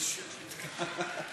פתקה,